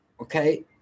Okay